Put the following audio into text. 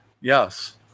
yes